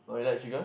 oh you like chicken